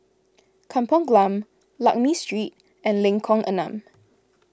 Kampong Glam Lakme Street and Lengkong Enam